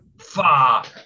Fuck